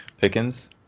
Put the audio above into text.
Pickens